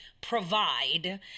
provide